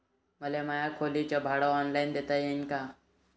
मले माया खोलीच भाड ऑनलाईन देता येईन का?